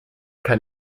kein